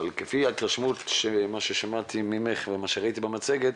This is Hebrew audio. אבל כפי ההתרשמות ממה ששמעתי ממך וממה שראיתי במצגת,